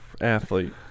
Athlete